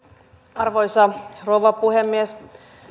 arvoisa rouva puhemies